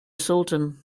sultan